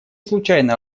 случайно